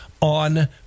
on